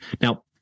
Now